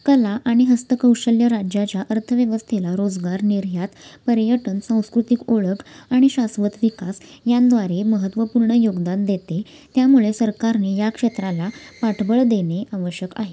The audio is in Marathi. कला आणि हस्तकौशल्य राज्याच्या अर्थव्यवस्थेला रोजगार निर्यात पर्यटन सांस्कृतिक ओळख आणि शास्वत विकास यांद्वारे महत्त्वपूर्ण योगदान देते त्यामुळे सरकारने या क्षेत्राला पाठबळ देणे आवश्यक आहे